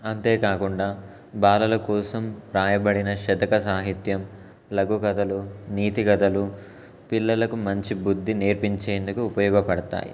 అంతేకాకుండా బాలల కోసం వ్రాయబడిన శతక సాహిత్యం లఘుకథలు నీతికథలు పిల్లలకు మంచి బుద్ధి నేర్పించేందుకు ఉపయోగపడతాయి